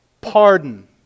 Pardon